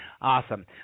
Awesome